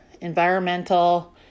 Environmental